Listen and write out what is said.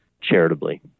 charitably